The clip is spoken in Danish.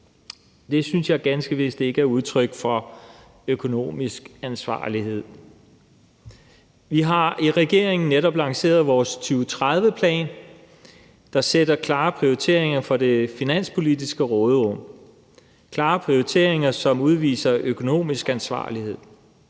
Det synes jeg ganske vist ikke er udtryk for økonomisk ansvarlighed. Vi har i regeringen netop lanceret vores 2030-plan, der sætter klare prioriteringer for det finanspolitiske råderum. Det er klare prioriteringer, som udviser økonomisk ansvarlighed